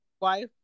wife